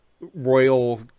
royal